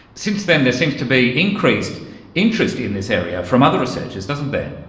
since then there seems to be increased interest in this area from other researchers, doesn't there?